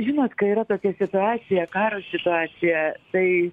žinot kai yra tokia situacija karo situacija tai